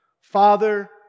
Father